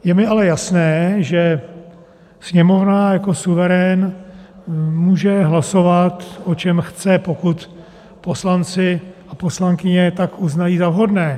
Je mi ale jasné, že Sněmovna jako suverén může hlasovat, o čem chce, pokud poslanci a poslankyně uznají za vhodné.